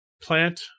Plant